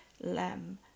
lamb